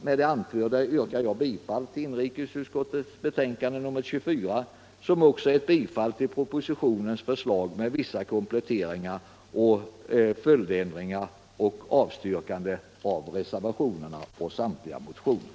Med det anförda yrkar jag bifall till inrikesutskottets hemställan, vilket innebär bifall till propositionens förslag med vissa kompletteringar och följdändringar och ett avstyrkande av samtliga motioner och reservationer.